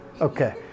Okay